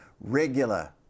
regular